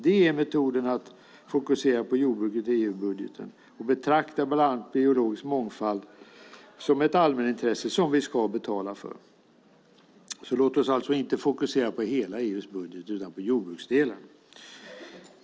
Det är metoden för att fokusera på jordbruket i EU-budgeten: att betrakta biologisk mångfald som ett allmänintresse vi ska betala för. Låt oss alltså inte fokusera på hela EU:s budget utan på jordbruksdelen.